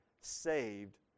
saved